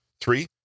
Three